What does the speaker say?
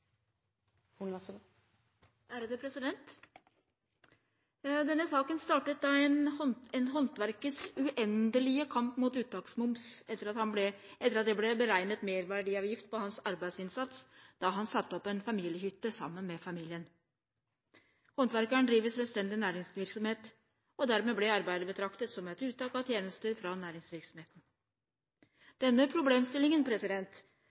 Denne saken startet på grunn av en håndverkers uendelige kamp mot uttaksmoms, etter at det ble beregnet merverdiavgift på hans arbeidsinnsats da han satte opp en familiehytte sammen med familien. Håndverkeren driver selvstendig næringsvirksomhet, og dermed ble arbeidet betraktet som et uttak av tjenester fra